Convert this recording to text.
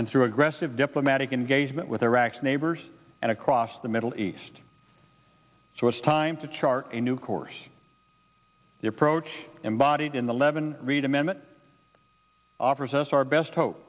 and through aggressive diplomatic engagement with iraq's neighbors and across the middle east so it's time to chart a new course the approach embodied in the eleven read amendment offers us our best hope